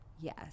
Yes